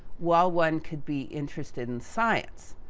while one could be interested in science.